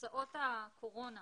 קופסאות הקורונה